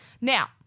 Now